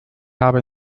habe